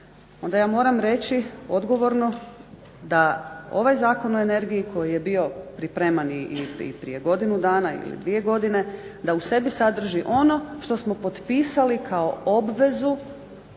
onda ja moram reći odgovorno da ovaj Zakon o energiji koji je bio pripreman i prije godinu dana ili dvije godine, da u sebi sadrži ono što smo potpisali kao obvezu